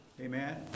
Amen